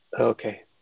okay